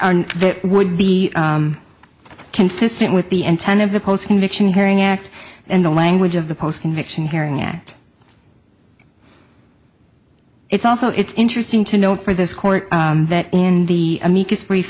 that would be consistent with the intent of the post conviction hearing act in the language of the post conviction hearing at it's also it's interesting to note for this court that in the amicus brief